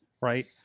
right